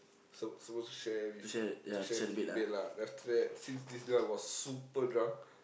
sup~ supposed to share with to share bed lah but after that since this guy was super drunk